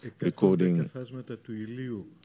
recording